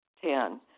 Ten